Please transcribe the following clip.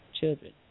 children